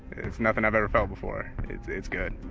it's nothing i've ever felt before it's it's good.